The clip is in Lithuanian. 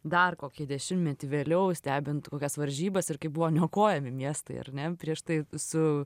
dar kokį dešimtmetį vėliau stebint kokias varžybas ir kaip buvo niokojami miestai ar ne prieš tai su